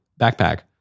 backpack